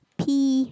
pee